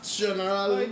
general